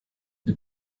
die